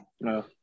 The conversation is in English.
No